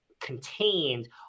contained